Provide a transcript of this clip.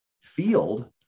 field